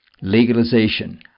legalization